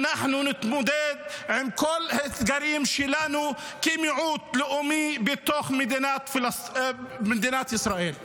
אנחנו נתמודד עם כל האתגרים שלנו כמיעוט לאומי בתוך מדינת ישראל.